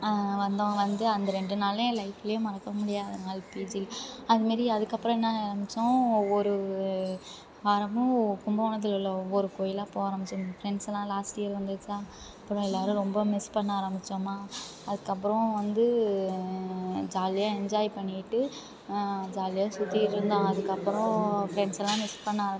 வந்தோம் வந்து அந்த ரெண்டு நாளும் என் லைஃப்லேயே மறக்க முடியாத நாள் பிஜி அது மாரி அதுக்கப்புறம் என்ன ஆரம்பித்தோம் ஒரு வாரமும் கும்பகோணத்தில் உள்ள ஒவ்வொரு கோவிலா போக ஆரம்பித்தோம் என் ஃப்ரெண்ட்ஸுலாம் லாஸ்ட் இயர் வந்துடுச்சா அப்புறம் எல்லோரும் ரொம்ப மிஸ் பண்ண ஆரம்பித்தோமா அதுக்கப்புறம் வந்து ஜாலியாக என்ஜாய் பண்ணிக்கிட்டு ஜாலியாக சுத்திட்டுருந்தோம் அதுக்கப்புறம் ஃப்ரெண்ட்ஸுலாம் மிஸ் பண்ண ஆரம்பித்தோம்